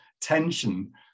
tension